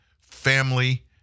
family